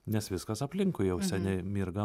nes viskas aplinkui jau seniai mirga